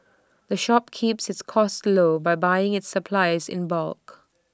the shop keeps its costs low by buying its supplies in bulk